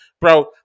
bro